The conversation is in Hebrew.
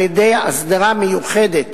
על-ידי הסדרה מיוחדת